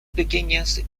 pequeñas